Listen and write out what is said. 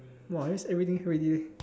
!wah! that's everything already leh